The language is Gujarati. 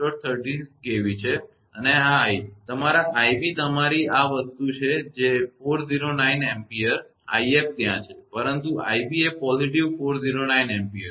36 kV છે અને i તમારા 𝑖𝑏 તમારી આ વસ્તુ છે 409 ampere 𝑖𝑓 ત્યાં છે પરંતુ 𝑖𝑏 એ positive 409 ampere છે